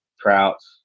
Trouts